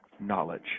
knowledge